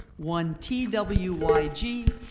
one t w y g,